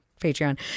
patreon